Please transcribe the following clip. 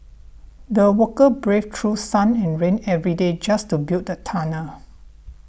the worker braved through sun and rain every day just to build the tunnel